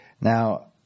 Now